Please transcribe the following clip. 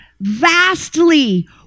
vastly